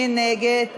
מי נגד?